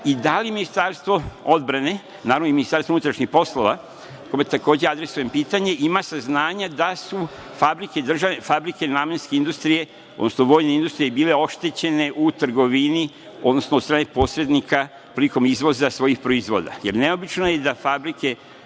i da li Ministarstvo odbrane, naravno i Ministarstvo unutrašnjih poslova, kome takođe adresujem pitanje, ima saznanja da su fabrike „Namenske industrije“, odnosno vojne industrije bile oštećene u trgovini, odnosno od strane posrednika prilikom izvoza svojih proizvoda? Neobično je da fabrike,